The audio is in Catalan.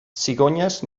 cigonyes